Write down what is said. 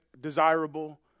desirable